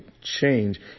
change